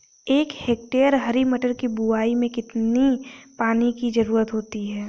एक हेक्टेयर हरी मटर की बुवाई में कितनी पानी की ज़रुरत होती है?